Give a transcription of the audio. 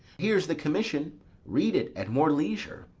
here's the commission read it at more leisure.